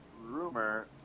rumor